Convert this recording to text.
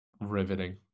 Riveting